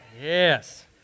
Yes